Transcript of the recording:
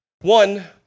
One